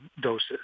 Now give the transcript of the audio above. doses